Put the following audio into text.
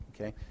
Okay